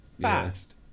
fast